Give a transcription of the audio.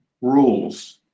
rules